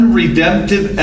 redemptive